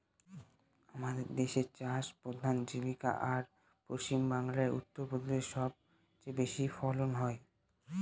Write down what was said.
আমাদের দেশের চাষ এক প্রধান জীবিকা, আর পশ্চিমবাংলা, উত্তর প্রদেশে সব চেয়ে বেশি ফলন হয়